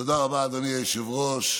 תודה רבה, אדוני היושב-ראש.